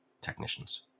technicians